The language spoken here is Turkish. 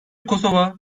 kosova